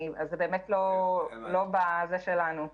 זה לא בזה שלנו.